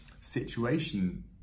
situation